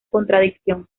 contradicción